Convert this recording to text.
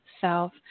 self